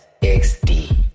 XD